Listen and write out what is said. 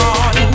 on